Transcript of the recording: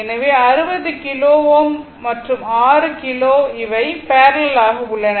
எனவே 60 கிலோ Ω மற்றும் 6 கிலோ இவை பேரலல் ஆக உள்ளன